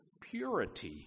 purity